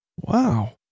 Wow